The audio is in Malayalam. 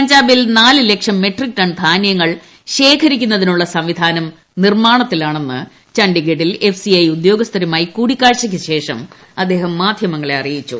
പഞ്ചാബിൽ നാല് ലക്ഷം മ്മട്രിക് ടൺ ധാന്യങ്ങൾ ശേഖരിക്കുന്നതിനുള്ള സംവിധാനം നിർമ്മാണത്തിലാണെന്ന് ഛണ്ഡീഗഡിൽ എഫ്സിഐ ഉദ്യോഗസ്ഥരുമായി കൂടിക്കാഴ്ചയ്ക്കു ശേഷം അദ്ദേഹം മാധ്യമങ്ങളെ അറിയിച്ചു